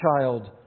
child